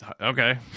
okay